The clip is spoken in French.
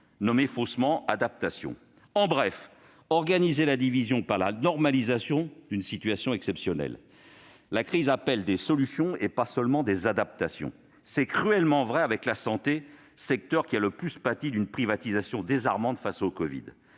dénommés adaptations. En bref, il s'agit d'organiser la division par la normalisation d'une situation exceptionnelle. La crise appelle des solutions et pas seulement des adaptations. C'est cruellement vrai avec la santé, secteur qui a le plus pâti d'une privatisation désarmante face au covid.